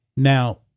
Now